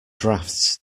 draughts